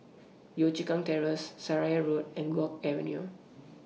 Yio Chu Kang Terrace Seraya Road and Guok Avenue